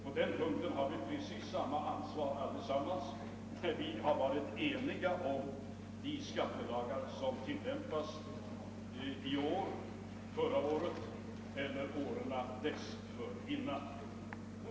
På den punkten har vi precis samma ansvar allesammans när vi har varit eniga om de skatteskalor som tillämpas i år, som tillämpades förra året eller åren dessförinnan.